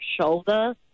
shoulder